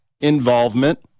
involvement